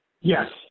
Yes